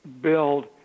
build